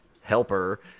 helper